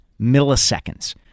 milliseconds